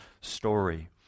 story